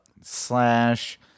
slash